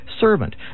servant